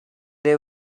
they